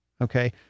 Okay